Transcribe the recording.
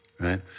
right